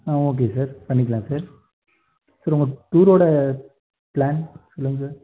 ஆ okay sir பண்ணிக்கலாம் sir sir உங்கள் டூரோடய பிளான் சொல்லுங்கள் சார்